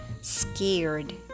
scared